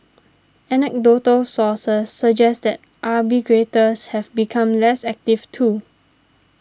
anecdotal sources suggest that arbitrageurs have become less active too